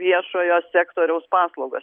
viešojo sektoriaus paslaugas